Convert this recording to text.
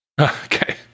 okay